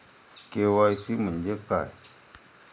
KYC म्हंजे काय?